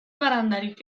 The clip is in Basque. barandarik